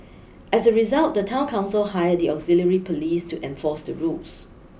as a result the town council hired the auxiliary police to enforce the rules